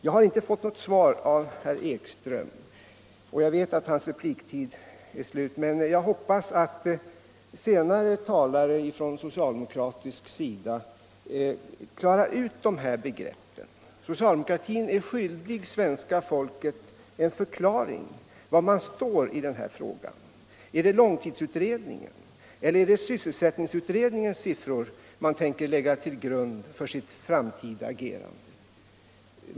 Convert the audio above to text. Jag har inte fått svar av herr Ekström; jag vet att hans repliktid är slut, men jag hoppas att senare talare från socialdemokratisk sida klarar ut de här begreppen. Socialdemokratin är skyldig svenska folket ett besked om var man står i den här frågan. Är det långtidsutredningens eller sysselsättningsutredningens siffror man tänker lägga till grund för sitt framtida agerande?